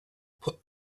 put